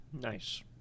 Nice